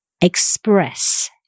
express